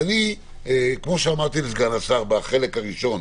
כמו שאמרתי לסגן השר בחלק הראשון